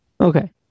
Okay